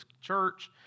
church